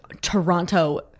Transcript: Toronto